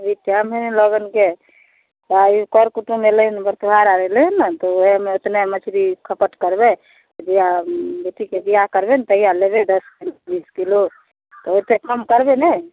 अभी टाइम हइ लगनके तऽ अभी कर कुटुम एलै बरतुहार आबे लेल ने तऽ ओहएमे एतने मछरी खपत करबै जहिआ बेटीके बिआह करबै ने तहिआ लेबै दश किलो बीस किलो तऽ ओतेक कम करबै ने